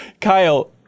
Kyle